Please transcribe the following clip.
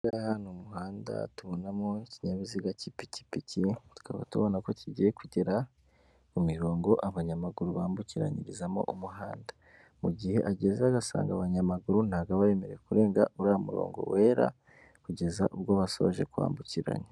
Aha ngaha mu muhanda tubonamo ikinyabiziga cy'ipikipiki, tukaba tubona ko kigiye kugera ku mirongo abanyamaguru bambukiranyirizamo umuhanda. Mu gihe ahageze agasanga abanyamaguru, ntago aba yemerewe kurenga uriya murongo wera, kugeza ubwo basoje kuwambukiranya.